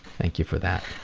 thank you for that.